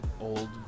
old